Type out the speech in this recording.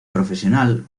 profesional